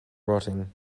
rotting